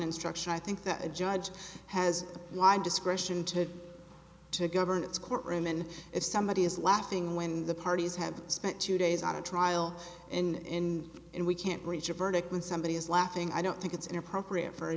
instruction i think that a judge has lined discretion to to govern its courtroom and if somebody is laughing when the parties have spent two days on a trial and in and we can't reach a verdict when somebody is laughing i don't think it's inappropriate for a